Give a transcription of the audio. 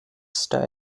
style